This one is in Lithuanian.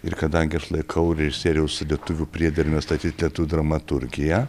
ir kadangi aš laikau režisieriaus lietuvių priedermę statyt lietų dramaturgiją